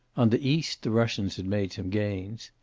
on the east the russians had made some gains.